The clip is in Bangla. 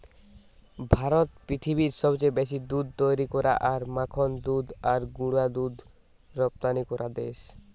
ভারত পৃথিবীর সবচেয়ে বেশি দুধ তৈরী করা আর মাখন দুধ আর গুঁড়া দুধ রপ্তানি করা দেশ